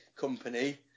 company